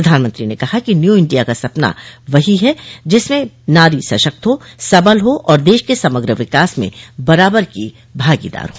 प्रधानमंत्री ने कहा कि न्यू इंडिया का सपना वही है जिसमें नारी सशक्त हो सबल हो और देश के समग्र विकास में बराबर की भागीदार हो